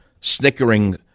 snickering